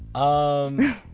umm,